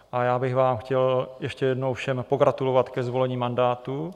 A já bych vám chtěl ještě jednou všem pogratulovat ke zvolení mandátu.